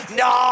no